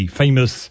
famous